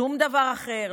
שום דבר אחר,